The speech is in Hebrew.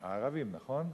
הערבים, נכון?